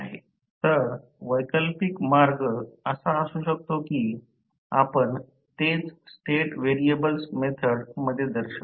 तर वैकल्पिक मार्ग असा असू शकतो की आपण तेच स्टेट व्हेरिएबल्स मेथड मध्ये दर्शवतो